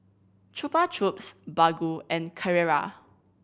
Chupa Chups Baggu and Carrera